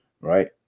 right